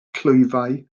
clwyfau